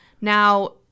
Now